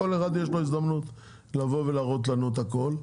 לכל אחד יש הזדמנות לבוא ולהראות לנו את הכל.